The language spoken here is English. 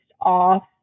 off